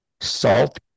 salt